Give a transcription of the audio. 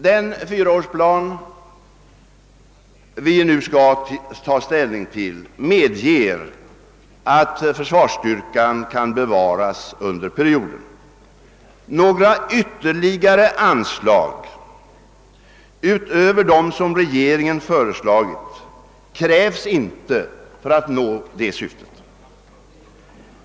Den fyraårsplan vi nu skall ta ställning till medger att försvarsstyrkan kan bevaras under perioden. Några ytterligare anslag utöver dem som regeringen föreslagit krävs inte för att nå det syftet.